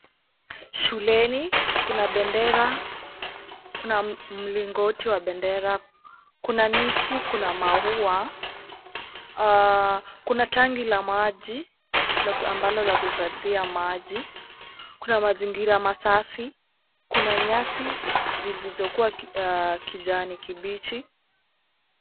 Shuleni kuna bendera, kuna mlingoti wa bendera. Kuna miti, kuna maua, kuna tangi la maji ambalo la kuhifadhia maji. Kuna mazingira masafi. Kuna nyasi zilizokuwa kijani kibichi.